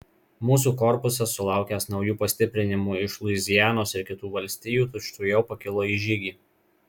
mūsų korpusas sulaukęs naujų pastiprinimų iš luizianos ir kitų valstijų tučtuojau pakilo į žygį